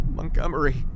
Montgomery